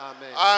Amen